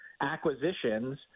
acquisitions